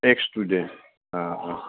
x student um অঁ